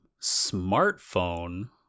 Smartphone